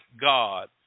God